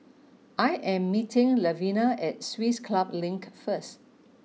I am meeting Levina at Swiss Club Link first